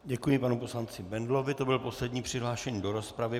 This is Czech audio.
Děkuji panu poslanci Bendlovi, to byl poslední přihlášený do rozpravy.